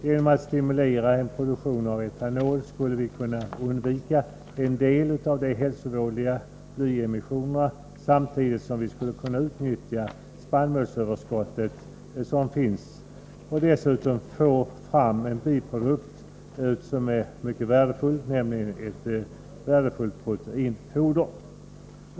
Genom att stimulera produktion av etanol skulle vi kunna undvika en del av de hälsovådliga blyemissionerna, samtidigt som vi skulle kunna utnyttja det spannmålsöverskott som finns och dessutom få fram en mycket värdefull biprodukt, nämligen ett proteinrikt foder.